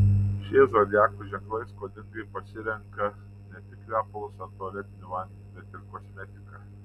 šie zodiako ženklai skoningai pasirenka ne tik kvepalus ar tualetinį vandenį bet ir kosmetiką